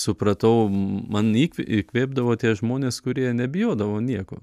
supratau man įkvi įkvėpdavo tie žmonės kurie nebijodavo nieko